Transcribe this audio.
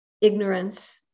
ignorance